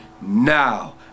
now